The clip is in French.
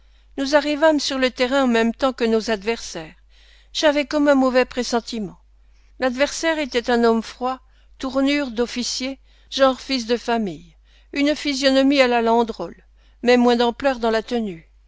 nous arrivâmes sur le terrain en même temps que nos adversaires j'avais comme un mauvais pressentiment l'adversaire était un homme froid tournure d'officier genre fils de famille une physionomie à la landrol mais moins d'ampleur dans la tenue